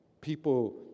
people